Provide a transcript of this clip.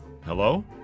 hello